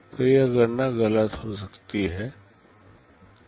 तो यह गणना गलत हो सकती है